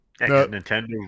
Nintendo